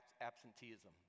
absenteeism